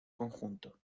conjunto